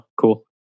cool